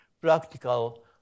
practical